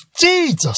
Jesus